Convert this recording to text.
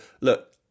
Look